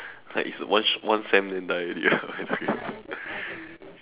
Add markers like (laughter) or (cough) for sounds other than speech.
like it's one one sem then die already ah (laughs)